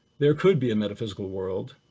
there could be a metaphysical world,